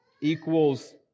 equals